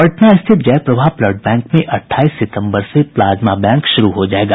पटना स्थित Jayaprabha blood bank में अट्ठाईस सितंबर से प्लाज्मा बैंक शुरू हो जायेगा